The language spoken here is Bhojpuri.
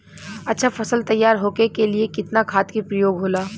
अच्छा फसल तैयार होके के लिए कितना खाद के प्रयोग होला?